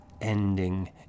ending